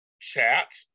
chat